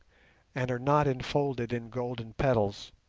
and are not enfolded in golden petals.